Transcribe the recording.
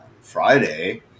Friday